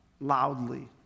loudly